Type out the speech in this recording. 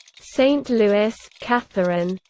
saint louis, catherine.